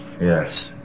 Yes